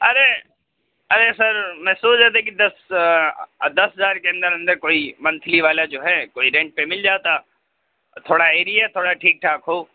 ارے ارے سر میں سوچ رہا تھا کہ دس دس ہزار کے اندر اندر کوئی منتھلی والا جو ہے کوئی رینٹ پہ مل جاتا تو تھوڑا ایریا تھوڑا ٹھیک ٹھاک ہو